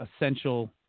essential